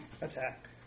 Attack